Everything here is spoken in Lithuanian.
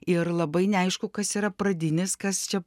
ir labai neaišku kas yra pradinis kas čia